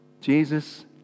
Jesus